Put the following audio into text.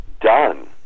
done